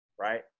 right